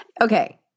Okay